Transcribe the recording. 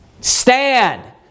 Stand